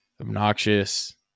obnoxious